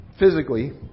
Physically